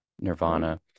Nirvana